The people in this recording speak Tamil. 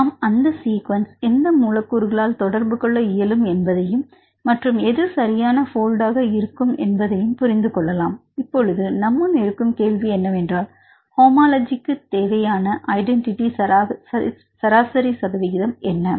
நாம் அந்த சீக்வென்ஸ்ல் எந்த மூலக்கூறுகளால் தொடர்பு கொள்ள இயலும் என்பதையும் மற்றும் எது சரியான போல்டுஆக இருக்கும் என்பதையும் புரிந்து கொள்ளலாம் இப்பொழுது நம்முன் இருக்கும் கேள்வி என்னவென்றால் ஹோமோலஜிக்கு தேவையான ஐடென்டிட்டி சராசரி சதவீதம் என்ன